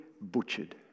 butchered